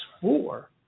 four